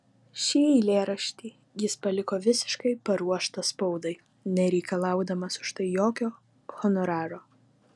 šį eilėraštį jis paliko visiškai paruoštą spaudai nereikalaudamas už tai jokio honoraro